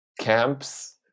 camps